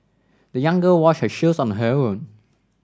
the young girl washed her shoes on her own